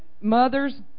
mothers